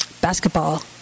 basketball